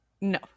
No